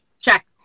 Check